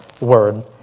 Word